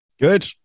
Good